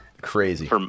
Crazy